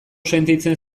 sentitzen